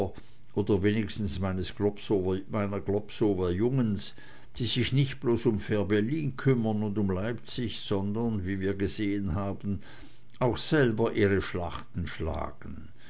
oder wenigstens meiner globsower jungens die sich nicht bloß um fehrbellin kümmern und um leipzig sondern wie wir gesehen haben auch selber ihre schlachten schlagen